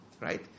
Right